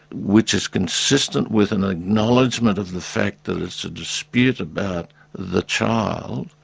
which is consistent with an acknowledgement of the fact that it's a dispute about the child,